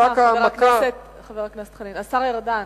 השר ארדן,